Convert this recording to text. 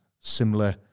similar